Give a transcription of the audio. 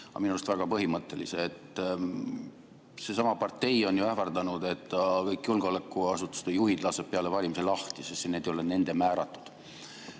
minu arust väga põhimõttelise küsimuse. Seesama partei on ju ähvardanud, et ta kõik julgeolekuasutuste juhid laseb peale valimisi lahti, sest need ei ole nende määratud.